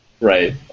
Right